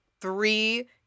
three